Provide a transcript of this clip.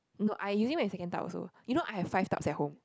no I'm using my second tub also you know I have five tubs at home